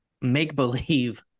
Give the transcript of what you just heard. make-believe